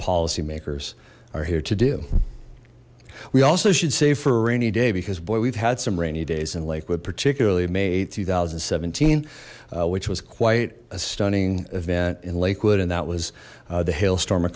policy makers are here to do we also should save for a rainy day because boy we've had some rainy days in lakewood particularly may two thousand and seventeen which was quite a stunning event in lakewood and that was the hailstorm